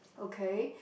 okay